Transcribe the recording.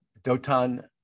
Dotan